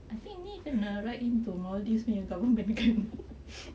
I think ni kena write in to maldives nya government kan